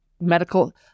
medical